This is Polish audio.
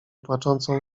płaczącą